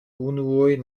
unuoj